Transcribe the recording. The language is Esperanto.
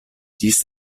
ĝis